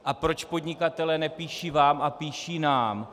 A proč podnikatelé nepíší vám a píší nám?